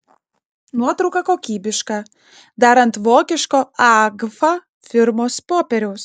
nuotrauka kokybiška dar ant vokiško agfa firmos popieriaus